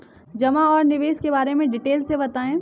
जमा और निवेश के बारे में डिटेल से बताएँ?